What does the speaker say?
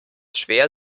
schwer